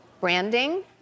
branding